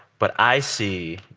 but i see,